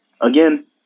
again